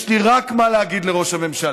יש לי מה להגיד רק לראש הממשלה,